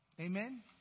Amen